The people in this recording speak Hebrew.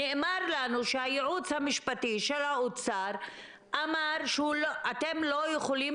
נאמר לנו שהייעוץ המשפטי של האוצר אמר שאתם לא יכולים